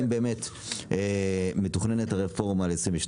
האם באמת מתוכננת רפורמה ל-2022?